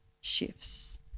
shifts